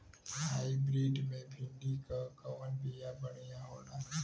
Hybrid मे भिंडी क कवन बिया बढ़ियां होला?